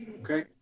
Okay